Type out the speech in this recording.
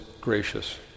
gracious